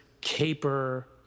caper